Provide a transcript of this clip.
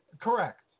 Correct